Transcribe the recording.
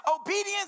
obedience